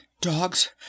dogs